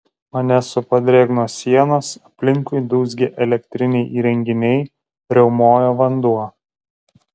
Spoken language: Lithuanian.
mane supo drėgnos sienos aplinkui dūzgė elektriniai įrenginiai riaumojo vanduo